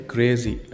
Crazy